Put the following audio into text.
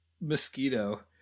mosquito